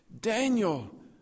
Daniel